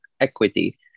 equity